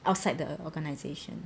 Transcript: outside the organisation